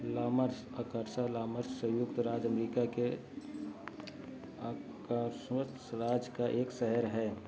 lawyers Arkansas लायर्स सँयुक्त राज्य अमरीका के अरकान्सा राज्य का एक शहर है